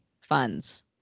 funds